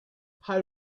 her